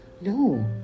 No